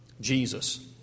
Jesus